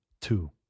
Two